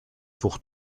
pour